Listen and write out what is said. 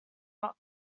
not